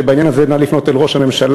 שבעניין הזה נא לפנות אל ראש הממשלה.